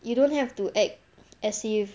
you don't have to act as if